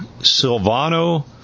Silvano